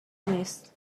نیست